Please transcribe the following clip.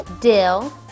dill